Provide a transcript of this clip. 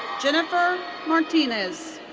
jennifer martinez.